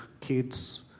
kids